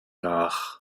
nach